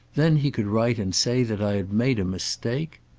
then he could write and say that i had made a mistake!